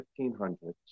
1500s